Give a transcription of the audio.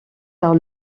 par